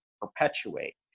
perpetuate